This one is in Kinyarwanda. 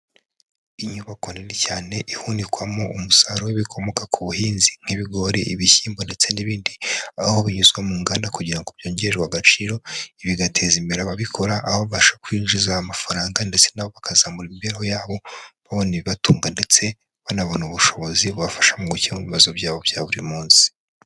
Inyubako nini cyane ihunikwamo umusaruro w'ibikomoka ku buhinzi, nk'ibigori, ibishyimbo ndetse n'ibindi, aho binyuzwa mu nganda kugira ngo byongererwe agaciro, ibi bigateza imbere ababikora, aho babasha kwinjiza amafaranga ndetse na bo bakazamura imibereho yabo, babona ibibatunga ndetse banabona ubushobozi bubafasha mu gukemura ibibazo byabo bya buri munsi.